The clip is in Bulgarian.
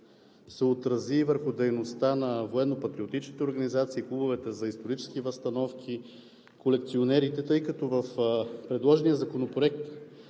се отрази върху дейността на военно-патриотичните организации, клубовете за исторически възстановки, колекционерите. В предложения законопроект